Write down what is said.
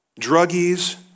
druggies